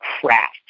craft